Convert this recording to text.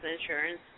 insurance